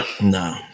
No